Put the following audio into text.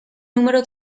numero